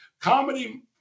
Comedy